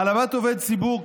העלבת עובד ציבור,